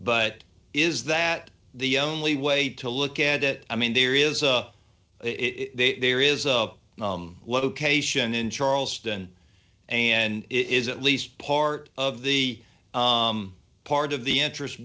but is that the only way to look at it i mean there is a it there is a location in charleston and it is at least part of the part of the interest